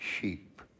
sheep